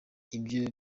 ivyo